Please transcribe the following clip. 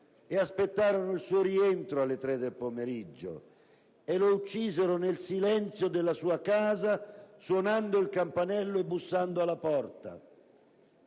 Aspettarono il suo rientro, alle tre del pomeriggio, e lo uccisero nel silenzio della sua casa suonando il campanello e bussando alla porta.